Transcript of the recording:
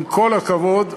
עם כל הכבוד,